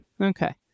Okay